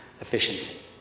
efficiency